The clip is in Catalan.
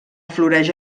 floreix